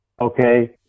Okay